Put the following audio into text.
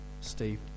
Steve